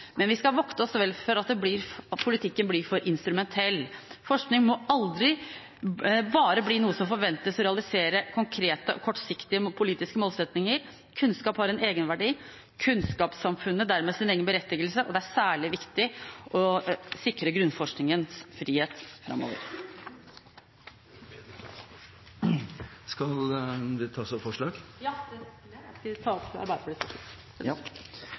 men vi skal vokte oss vel for at politikken blir for instrumentell. Forskning må aldri bare bli noe som forventes å realisere konkrete og kortsiktige politiske målsettinger. Kunnskap har en egenverdi og kunnskapssamfunnet dermed sin egen berettigelse, og det er særlig viktig å sikre grunnforskningens frihet framover. Jeg tar herved opp Arbeiderpartiets forslag. Da har representanten Marianne Aasen tatt opp de forslag hun refererte til. Det